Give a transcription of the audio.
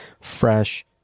fresh